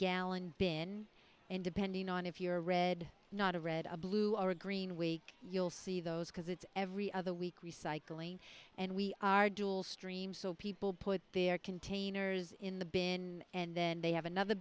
gallon bin and depending on if you're a red not a red blue or green week you'll see those because it's every other week recycling and we are dual stream so people put their containers in the bin and then they have another